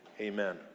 amen